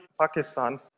Pakistan